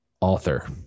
author